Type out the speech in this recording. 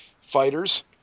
fighters